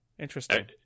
interesting